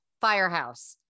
firehouse